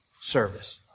service